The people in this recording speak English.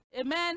Amen